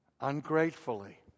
ungratefully